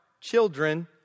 children